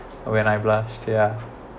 when I blushed yeah